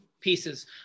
pieces